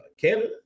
canada